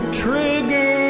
trigger